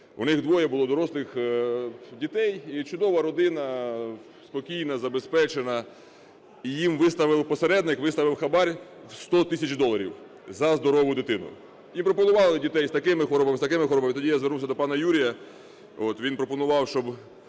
У них двоє було дорослих дітей, і чудова родина, спокійна, забезпечена. І їм виставив посередник, виставив хабар в 100 тисяч доларів за здорову дитину. І пропонували дітей з такими хворобами, з такими хворобами. І тоді я звернувся до пан Юрія, він пропонував, щоб